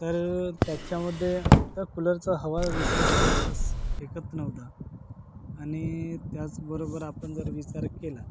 तर त्याच्यामध्ये त्या कूलरचा हवा विशेष काही खास फेकत नव्हता आणि त्याचबरोबर आपण जर विचार केला